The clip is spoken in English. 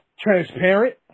transparent